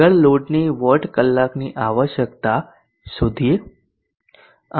આગળ લોડની વોટ કલાકની આવશ્યકતા શોધીએ